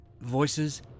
voices